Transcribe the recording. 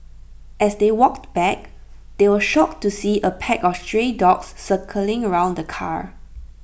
as they walked back they were shocked to see A pack of stray dogs circling around the car